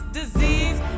disease